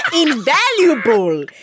invaluable